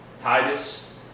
Titus